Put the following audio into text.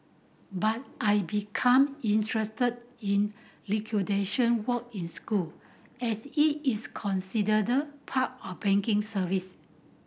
but I become interested in liquidation work in school as it is considered part of banking service